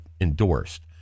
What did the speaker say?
endorsed